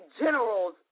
generals